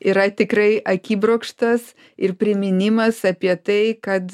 yra tikrai akibrokštas ir priminimas apie tai kad